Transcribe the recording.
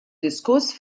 diskuss